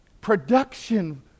production